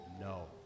no